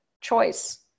Choice